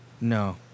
No